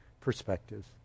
perspectives